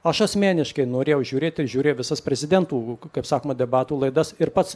aš asmeniškai norėjau žiūrėt ir žiūrėjau visas prezidentų kaip sakoma debatų laidas ir pats